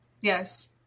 Yes